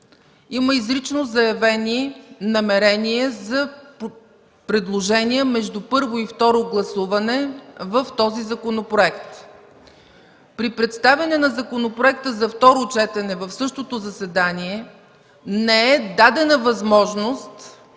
има изрично заявени намерения за предложения между първо и второ гласуване в този законопроект. При представяне на законопроекта за второ четене в същото заседание не е дадена възможност